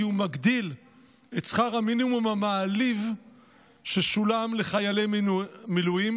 כי הוא מגדיל את שכר המינימום המעליב ששולם לחיילי המילואים